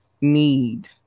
need